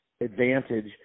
advantage